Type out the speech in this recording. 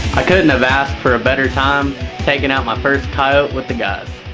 i couldn't have asked for a better time taking out my first coyote with the guys.